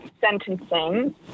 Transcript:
sentencing